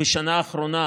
בשנה האחרונה,